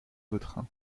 vautrin